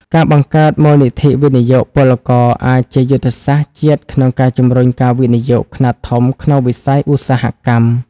ការបង្កើត "មូលនិធិវិនិយោគពលករ" អាចជាយុទ្ធសាស្ត្រជាតិក្នុងការជម្រុញការវិនិយោគខ្នាតធំក្នុងវិស័យឧស្សាហកម្ម។